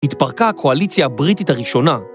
התפרקה הקואליציה הבריטית הראשונה.